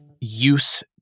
use